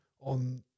on